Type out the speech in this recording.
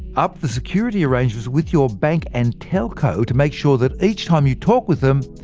up the security arrangements with your bank and telco to make sure that each time you talk with them,